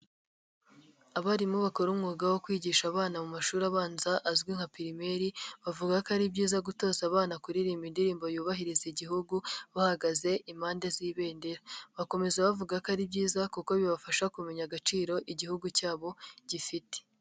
Abarimu bakora umwuga wo kwigisha abana mu mashuri abanza azwi nka pirimeri, bavuga ko ari byiza gutoza abana kuririmba indirimbo yubahiriza igihugu bahagaze impande z'ibendera, bakomeza bavuga ko ari byiza kuko bibafasha kumenya agaciro igihugu cyabo gifite.